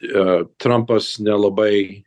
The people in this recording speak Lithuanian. ir trampas nelabai